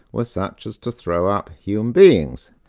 were such as to throw up human beings.